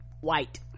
white